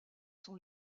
sont